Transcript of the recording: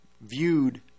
viewed